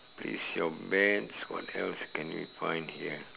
place your bets what else can you find here